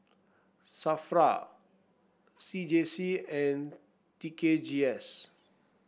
Safra C J C and T K G S